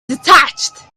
detached